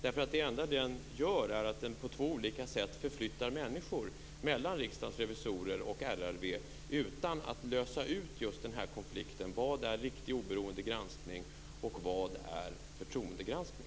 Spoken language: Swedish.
Det enda den gör är att på två olika sätt förflytta människor mellan Riksdagens revisorer och RRV utan att lösa just den här konflikten: Vad är riktig, oberoende granskning och vad är förtroendegranskning?